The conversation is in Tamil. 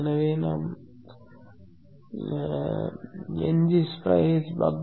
எனவே ஏற்றப்பட்ட ngSpice buck